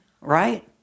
right